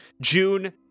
June